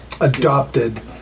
adopted